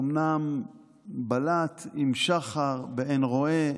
אומנם בלאט, עם שחר, באין רואה,